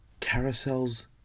Carousels